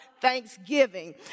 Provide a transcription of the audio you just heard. thanksgiving